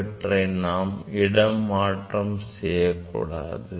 இவற்றை நாம் இடம் மாற்றம் செய்யக்கூடாது